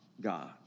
God